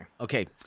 Okay